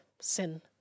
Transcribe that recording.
sin